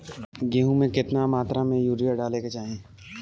गेहूँ में केतना मात्रा में यूरिया डाले के चाही?